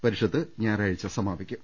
പരിഷത്ത് ഞായറാഴ്ച്ച സമാപിക്കും